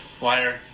Wire